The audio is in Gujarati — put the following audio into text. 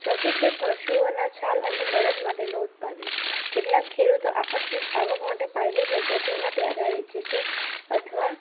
ચોથું છે પ્રશુઓના છાલ અને બળદ માટેનું ઉત્પાદન કેટલાક ખેડૂતો આકસ્મિક આવક માટે પાયલી પ્રજાતિઓના પ્રજાતીઓના પ્યાદા વેચે છે અથવા